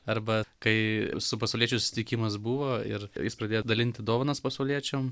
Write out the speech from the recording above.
arba kai su pasauliečių susitikimas buvo ir jis pradėjo dalinti dovanas pasauliečiam